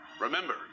Remember